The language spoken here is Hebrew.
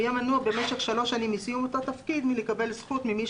הוא יהיה מנוע במשך שלוש שנים מסיום אותו תפקיד מלקבל זכות ממי